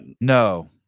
No